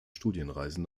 studienreisen